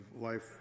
life